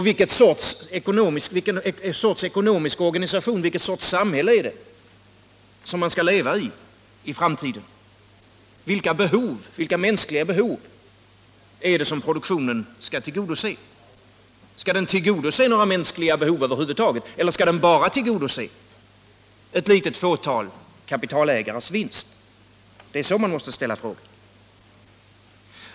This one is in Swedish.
Vilken sorts ekonomisk organisation skall vi ha och i vilken sorts samhälle skall vi leva i framtiden? Vilka mänskliga behov skall produktionen tillgodose? Skall den tillgodose några mänskliga behov över huvud taget? Eller skall den bara tillgodose ett litet fåtal kapitalägares vinstintressen? Det är så man måste ställa frågorna.